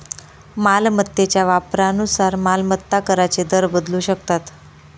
मालमत्तेच्या वापरानुसार मालमत्ता कराचे दर बदलू शकतात